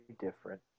different